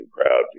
proud